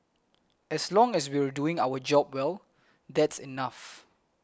as long as we're doing our job well that's enough